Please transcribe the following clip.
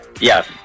Yes